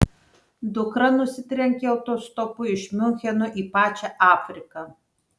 dukra nusitrenkė autostopu iš miuncheno į pačią afriką